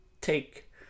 take